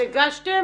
הגשתם?